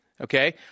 Okay